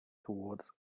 toward